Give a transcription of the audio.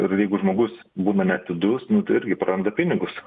ir jeigu žmogus būna neatidus nu tai irgi praranda pinigus